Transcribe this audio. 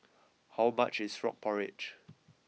how much is Frog Porridge